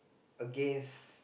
against